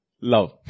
love